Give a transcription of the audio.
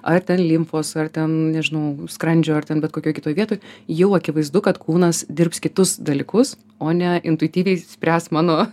ar ten limfos ar ten nežinau skrandžio ar ten bet kokioj kitoj vietoj jau akivaizdu kad kūnas dirbs kitus dalykus o ne intuityviai spręs mano